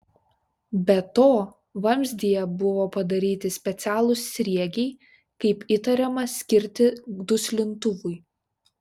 be to vamzdyje buvo padaryti specialūs sriegiai kaip įtariama skirti duslintuvui